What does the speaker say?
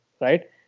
right